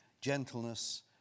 gentleness